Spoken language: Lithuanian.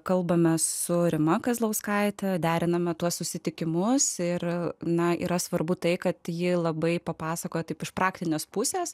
kalbamės su rima kazlauskaitė deriname tuos susitikimus ir na yra svarbu tai kad jie labai papasakoti iš praktinės pusės